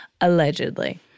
allegedly